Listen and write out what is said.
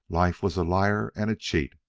life was a liar and a cheat.